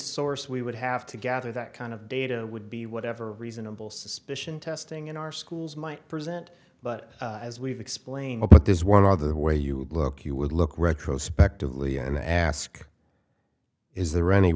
source we would have to gather that kind of data would be whatever reasonable suspicion testing in our schools might present but as we've explained but there's one other way you would look you would look retrospectively and ask is there any